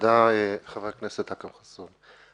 חבר הכנסת אכרם חסון.